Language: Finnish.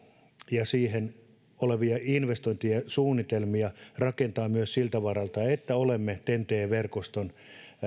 ja siihen liittyviä investointisuunnitelmia rakentaa myös siltä varalta että olemme niin sanotusti ten t verkoston